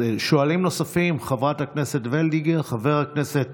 שואלים נוספים: חברת הכנסת וולדיגר, חבר הכנסת